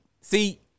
see